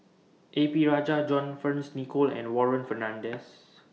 A P Rajah John Fearns Nicoll and Warren Fernandez